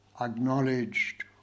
acknowledged